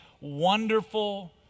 wonderful